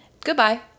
Goodbye